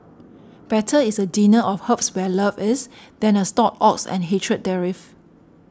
better is a dinner of herbs where love is than a stalled ox and hatred therewith